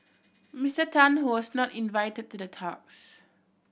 Mister Tan who was not invited to the talks